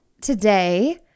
today